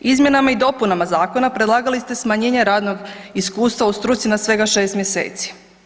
Izmjenama i dopunama zakona, predlagali ste smanjenje radnog iskustva u struci na svega 6 mjeseci.